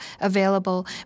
available